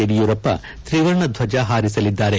ಯಡಿಯೂರಪ್ಪ ತ್ರಿವರ್ಣ ಧ್ವಜ ಹಾರಿಸಲಿದ್ದಾರೆ